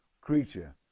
creature